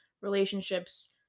relationships